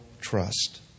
trust